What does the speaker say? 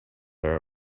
our